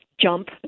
jump